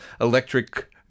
electric